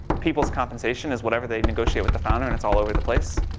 people's compensation is whatever they negotiate with the founder, and it's all over the place.